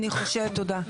תודה.